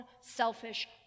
selfish